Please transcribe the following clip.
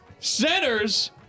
Centers